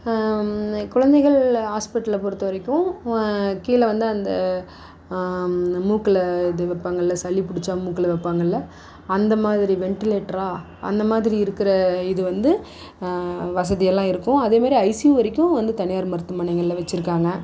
குழந்தைகள் ஹாஸ்பிட்டலை பொறுத்தவரைக்கும் கீழே வந்து அந்த மூக்கில் இது வைப்பாங்கள சளி பிடிச்சா மூக்கில் வைப்பாங்கள அந்த மாதிரி வெண்ட்டிலேட்ராக அந்த மாதிரி இருக்கிற இது வந்து வசதியெல்லாம் இருக்கும் அதே மாதிரி ஐசியு வரைக்கும் வந்து தனியார் மருத்துவமனைங்களில் வச்சுருக்காங்க